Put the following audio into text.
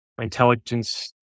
intelligence